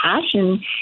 passion